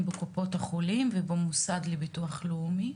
בקופות החולים ובמוסד לביטוח לאומי.